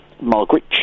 Margaret